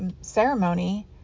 ceremony